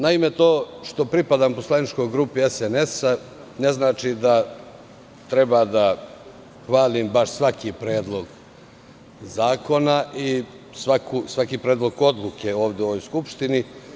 Naime, to što pripadam poslaničkoj grupi SNS ne znači da treba da hvalim baš svaki predlog zakona i svaki predlog odluke ovde u ovoj Skupštini.